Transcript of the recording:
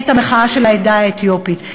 את המחאה של העדה האתיופית.